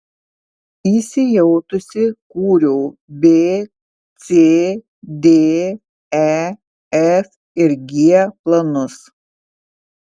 įsijautusi kūriau b c d e f ir g planus